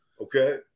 Okay